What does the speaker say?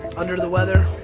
under the weather,